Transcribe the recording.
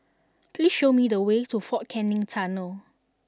please show me the way to Fort Canning Tunnel